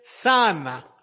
Son